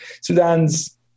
Sudan's